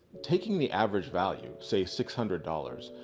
taking the average value-say six hundred dollars.